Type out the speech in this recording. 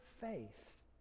faith